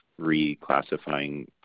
reclassifying